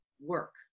work